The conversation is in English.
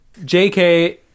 JK